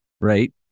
right